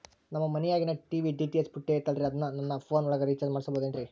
ನಮ್ಮ ಮನಿಯಾಗಿನ TV DTH ಪುಟ್ಟಿ ಐತಲ್ರೇ ಅದನ್ನ ನನ್ನ ಪೋನ್ ಒಳಗ ರೇಚಾರ್ಜ ಮಾಡಸಿಬಹುದೇನ್ರಿ?